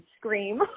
scream